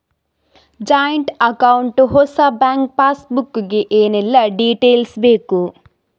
Joint account ಹೊಸ bank passbook ಗೆ ಏನೆಲ್ಲ ಡೀಟೇಲ್ಸ್ ಬೇಕು?